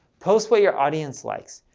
post what your audience likes.